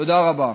תודה רבה.